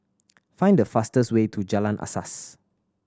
find the fastest way to Jalan Asas